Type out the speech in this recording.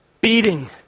beating